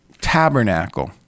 tabernacle